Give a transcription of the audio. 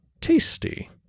tasty